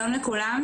שלום לכולם.